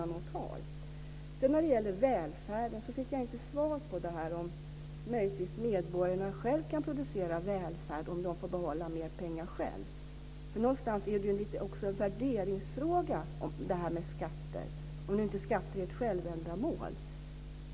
När det gäller välfärden fick jag inte svar på frågan om medborgarna själva möjligtvis kan producera välfärd om de får behålla mer pengar. Någonstans är det också en värderingsfråga med skatter, om nu inte skatter är ett självändamål.